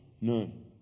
None